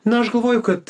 na aš galvoju kad